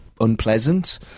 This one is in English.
unpleasant